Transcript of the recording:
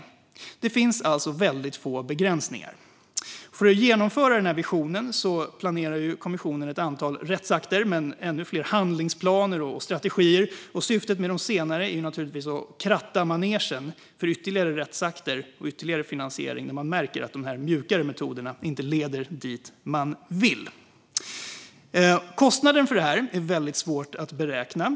Det finns alltså få begränsningar. För att genomföra visionen planerar kommissionen ett antal rättsakter och ännu fler handlingsplaner och strategier. Syftet med de senare är naturligtvis att kratta manegen för ytterligare rättsakter och finansiering. Man märker att de mjukare metoderna inte leder dit man vill. Kostnaden är svår att beräkna.